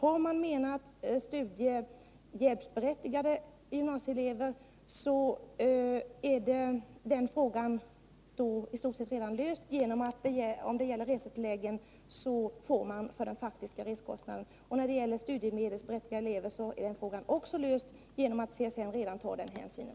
Om ni har avsett studiehjälpsberättigade gymnasieelever, så är den frågan också löst genom att CSN redan tar den hänsynen.